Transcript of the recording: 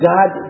God